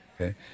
Okay